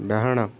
ଡାହାଣ